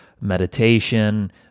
meditation